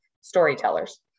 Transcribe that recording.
storytellers